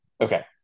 okay